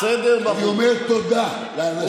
תודה, אני אומר תודה לאנשים.